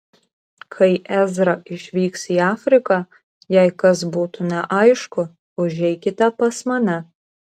kai ezra išvyks į afriką jei kas būtų neaišku užeikite pas mane